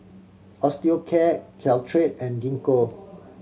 Osteocare Caltrate and Gingko